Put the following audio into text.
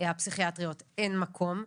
הפסיכיאטריות אין מקום.